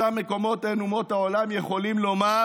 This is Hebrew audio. שלושה מקומות אין אומות העולם יכולים לומר